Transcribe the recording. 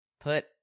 put